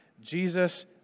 Jesus